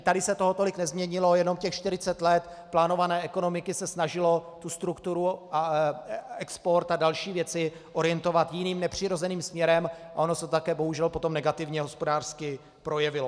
Čili tady se toho tolik nezměnilo, jenom těch 40 let plánované ekonomiky se snažilo tu strukturu, export a další věci orientovat jiným, nepřirozeným směrem a ono se to také bohužel negativně hospodářsky projevilo.